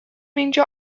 meindio